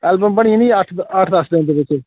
album बनी जानी अट्ठ अट्ठ दस दिन दे बिच्च